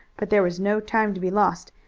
but there was no time to be lost,